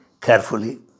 carefully